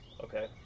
Okay